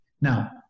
Now